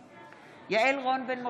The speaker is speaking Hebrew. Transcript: בעד יעל רון בן משה,